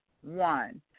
One